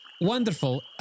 wonderful